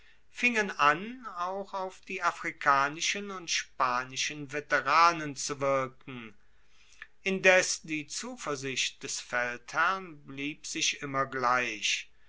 fingen an auch auf die afrikanischen und spanischen veteranen zu wirken indes die zuversicht des feldherrn blieb sich immer gleich